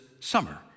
summer